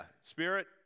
spirit